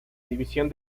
división